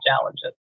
challenges